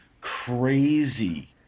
crazy